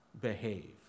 behave